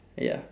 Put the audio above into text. ya